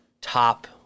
top